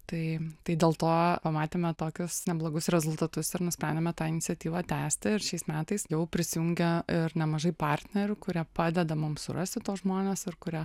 tai tai dėl to pamatėme tokius neblogus rezultatus ir nusprendėme tą iniciatyvą tęsti ir šiais metais jau prisijungę ir nemažai partnerių kurie padeda mums surasti tuos žmones ir kuria